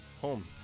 Home